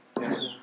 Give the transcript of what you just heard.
Yes